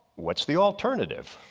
what's the alternative?